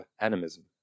animism